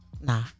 Nah